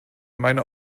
meine